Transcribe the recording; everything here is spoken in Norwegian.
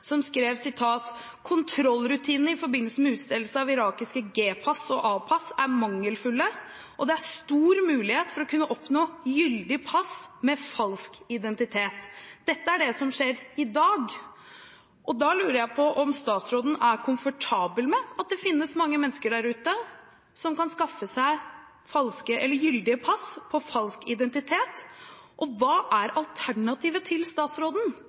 som skrev at kontrollrutinene i forbindelse med utstedelse av irakiske G-pass og A-pass var mangelfulle, og at det var stor mulighet for å kunne oppnå gyldig pass med falsk identitet. Dette er det som skjer i dag, og da lurer jeg på om statsråden er komfortabel med at det finnes mange mennesker der ute som kan skaffe seg gyldige pass på falsk identitet. Hva er alternativet til statsråden